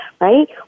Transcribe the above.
Right